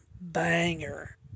banger